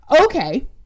Okay